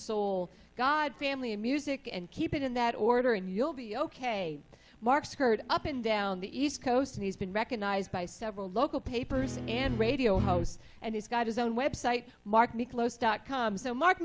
soul god family and music and keep it in that order and you'll be ok mark skirt up and down the east coast and he's been recognized by several local papers and radio hosts and he's got his own website mark miklos dot com so mark